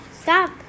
stop